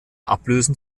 ablösen